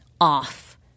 off